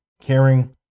caring